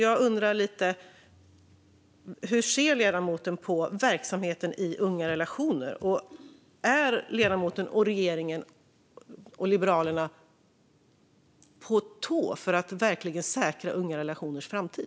Därför undrar jag hur ledamoten ser på verksamheten i Ungarelationer.se och om ledamoten, regeringen och Liberalerna är på tå för att verkligen säkra deras framtid.